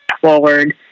forward